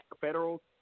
Federal